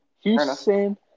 Houston